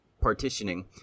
partitioning